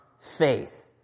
faith